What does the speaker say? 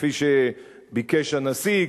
כפי שביקש הנשיא,